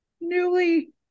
newly